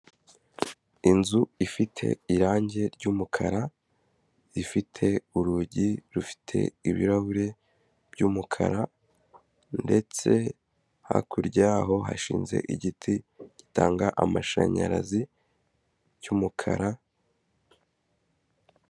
Inzu ifite irangi ry'umukara, ifite urugi rufite ibirahure by'umukara ndetse hakurya yaho hashinze igiti gitanga amashanyarazi cy'umukara.